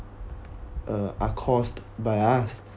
uh are caused by us